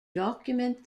document